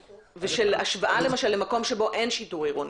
ושל השוואה, למשל, למקום שבו אין שיטור עירוני.